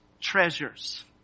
treasures